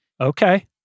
Okay